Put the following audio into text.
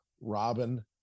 Robin